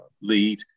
lead